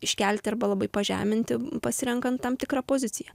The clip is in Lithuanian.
iškelti arba labai pažeminti pasirenkant tam tikrą poziciją